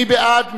מי בעד?